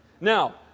Now